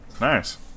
Nice